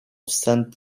saint